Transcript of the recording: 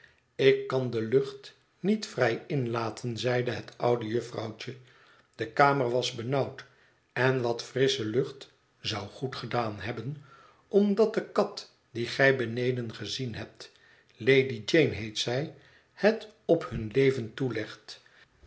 ik kan de lucht niet vrij inlaten zeide het oude jufvrouwtje de kamer was benauwd en wat frissche lucht zou goedgedaan hebben omdat de kat die gij beneden gezien hebt lady jane heet zij het op hun leven toelegt